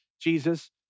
Jesus